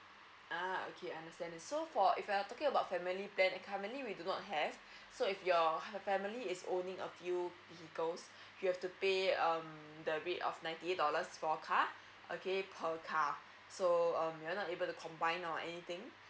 uh okay I understand this so if you're family plan currently we do not have so if you're family is owning a few vehicles you have to pay um the rate of ninety eight dollars for a car okay per car so um you're not able to combine or anything